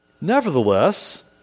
Nevertheless